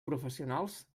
professionals